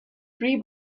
three